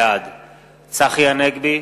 בעד צחי הנגבי,